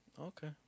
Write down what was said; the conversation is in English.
Okay